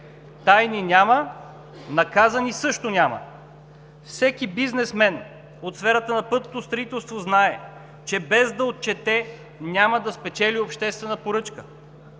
Тайни няма, наказани също няма. Всеки бизнесмен от сферата на пътното строителство знае, че без да отчете, няма да спечели обществена поръчка